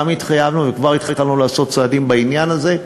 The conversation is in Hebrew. וגם התחייבנו וכבר התחלנו לעשות צעדים בעניין הזה.